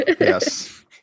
Yes